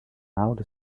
outer